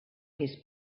his